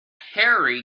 harry